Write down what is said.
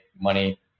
money